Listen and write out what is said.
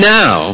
now